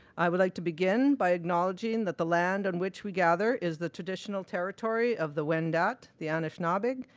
i would like to begin by acknowledging that the land on which we gather is the traditional territory of the wendat, the anishnaabeg,